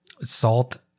salt